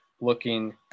looking